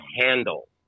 handle